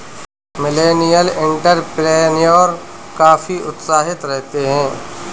millennial entrepreneur काफी उत्साहित रहते हैं